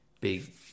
big